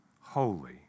holy